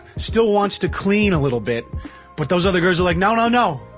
still wants to clean a little bit but those other girls are like no, no, no.